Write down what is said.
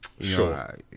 sure